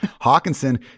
Hawkinson